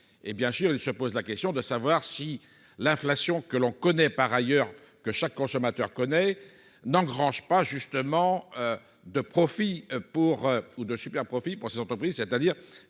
et, bien sûr, il se pose la question de savoir si l'inflation que l'on connaît par ailleurs que chaque consommateur connaît n'engrange pas justement de profits pour ou de super-profits pour ces entreprises, c'est-à-dire